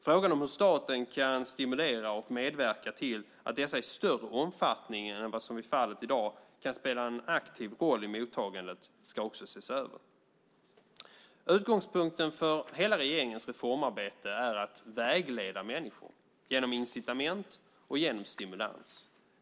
Frågan om hur staten kan stimulera och medverka till att dessa i större omfattning än vad som är fallet i dag kan spela en aktiv roll i mottagandet ska också ses över. Utgångspunkten för hela regeringens reformarbete är att vägleda människor genom incitament och genom stimulans.